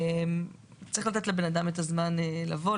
צריך לתת לאדם זמן לבוא,